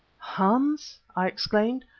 hans, i exclaimed,